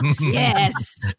Yes